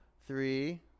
Three